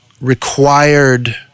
required